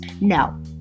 No